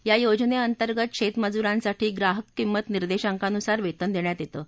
या योजनेअंतर्गत शेतमजुरांसाठी ग्राहक किमत निर्देशांकानुसार वेतन देण्यात येतं